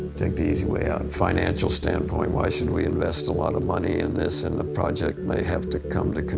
take the easy way out. financial standpoint why should we invest a lot of money in this and the project may have to come to, you